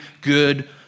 good